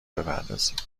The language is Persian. بپردازید